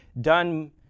done